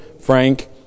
frank